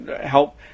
help